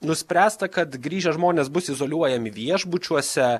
nuspręsta kad grįžę žmonės bus izoliuojami viešbučiuose